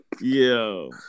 Yo